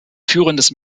führendes